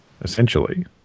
Essentially